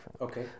Okay